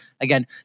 Again